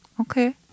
Okay